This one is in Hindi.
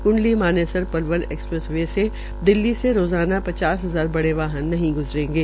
क्ंडली मानेसर पलवल एक्सप्रेस वे से दिल्ली से रोज़ाना पचास हजार बड़े वाहन नहीं ग्जरेंगे